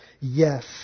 Yes